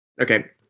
Okay